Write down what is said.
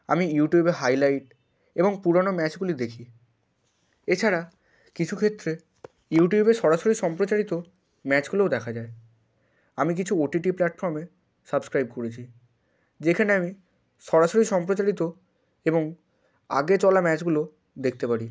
আমি ইউটিউবে হাইলাইট এবং পুরানো ম্যাচগুলি দেখি এছাড়া কিছুক্ষেত্রে ইউটিউবে সরাসরি সম্প্রচারিত ম্যাচগুলোও দেখা যায় আমি কিছু ওটিটি প্ল্যাটফর্মে সাবস্ক্রাইব করেছি যেখানে আমি সরাসরি সম্প্রচারিত এবং আগে চলা ম্যাচগুলো দেখতে পারি